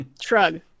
Shrug